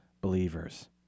believers